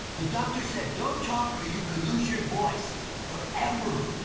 the doctor said don't talk or you could lose your voice forever.